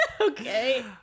Okay